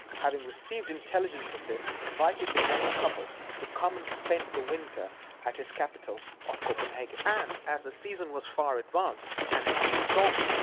having received intelligence of this, invited the young couple to come, and spend the winter at his capital of copenhagen and as the season was far advanced, and the sea stormy,